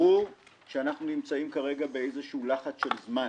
ברור שאנחנו נמצאים כרגע באיזשהו לחץ של זמן.